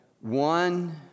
one